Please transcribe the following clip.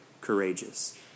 courageous